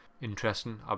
Interesting